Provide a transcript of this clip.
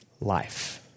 life